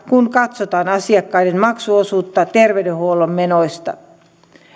kun katsotaan asiakkaiden maksuosuutta terveydenhuollon menoista